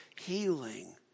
healing